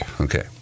Okay